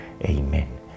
Amen